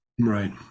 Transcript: Right